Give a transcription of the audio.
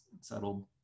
settled